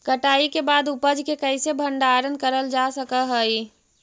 कटाई के बाद उपज के कईसे भंडारण करल जा सक हई?